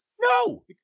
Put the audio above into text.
no